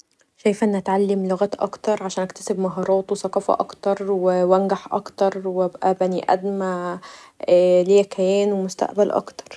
شايفه ان اتعلم لغات اكتر و اكتسب مهارات و ثقافه اكتر و وانجح اكتر و ابقي بني ادمه ليا كيان و مستقبل اكتر